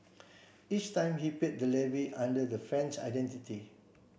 each time he paid the levy under the friend's identity